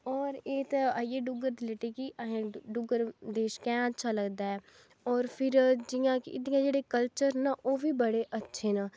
और एह् तां अईया डुग्गर दे रिलेटिड कि असें डुग्गर रिलेटिड देश कैंह् अच्छा लगदा ऐ और फिर जियां की जेह्ड़े कल्चर न ओह् बी बड़े अच्छे न